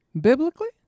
Biblically